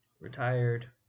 retired